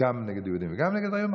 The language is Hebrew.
גם נגד יהודים וגם נגד ערבים,